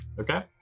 Okay